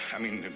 i mean,